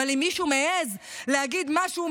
אבל אם מישהו מעז להגיד משהו,